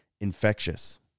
infectious